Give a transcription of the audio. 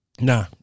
Nah